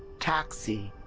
taxi.